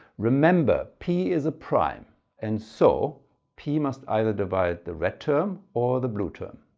remember p is a prime and so p must either divide the red term or the blue term.